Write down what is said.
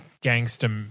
gangster